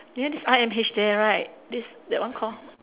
near this I_M_H there right this that one called